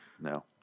No